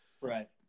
Right